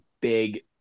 big